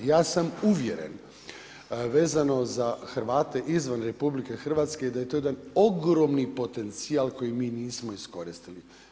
Ja sam uvjeren vezano za Hrvate izvan RH da je to jedan ogroman potencijal koji mi nismo iskoristili.